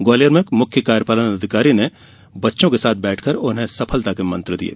ग्वालियर में मुख्य कार्यपालन अधिकारी ने बच्चों के साथ बैठकर उन्हें सफलता के मंत्र दिये